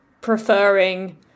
preferring